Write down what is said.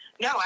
No